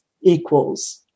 equals